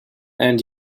and